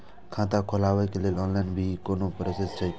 खाता खोलाबक लेल ऑनलाईन भी कोनो प्रोसेस छै की?